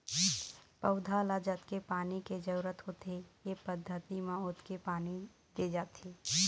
पउधा ल जतके पानी के जरूरत होथे ए पद्यति म ओतके पानी दे जाथे